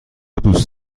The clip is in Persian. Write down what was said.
دوست